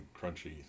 crunchy